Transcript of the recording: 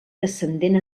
descendent